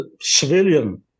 civilian